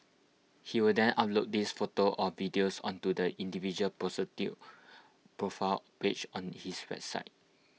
he would then upload these photos or videos onto the individual prostitute's profile page on his website